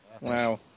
Wow